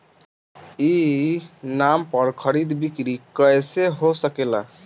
ई नाम पर खरीद बिक्री कैसे हो सकेला?